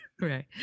right